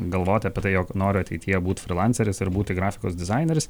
galvoti apie tai jog noriu ateityje būt frylanceris ir būti grafikos dizaineris